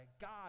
God